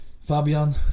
Fabian